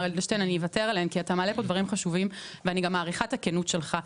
אדלשטיין כי אתה מעלה פה דברים חשובים ואני גם מעריכה את הכנות שלך.